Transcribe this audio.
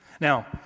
Now